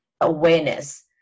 Awareness